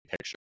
picture